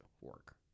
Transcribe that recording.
work